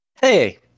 Hey